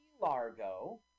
Largo